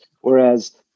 Whereas